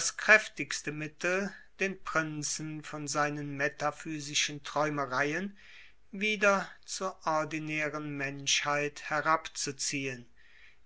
kräftigste mittel den prinzen von seinen metaphysischen träumereien wieder zur ordinären menschheit herabzuziehen